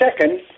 second